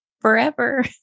forever